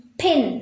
pin